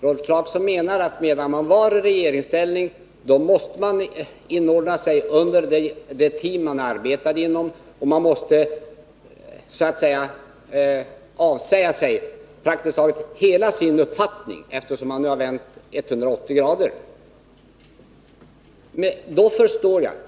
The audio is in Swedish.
Rolf Clarkson menar att medan man var i regeringsställning, måste man inordna sig under det team man arbetade inom. Man måste så att säga avsäga sig praktiskt taget hela sin uppfattning, vilket Rolf Clarkson tydligen gjort eftersom han nu vänt 180 grader.